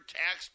tax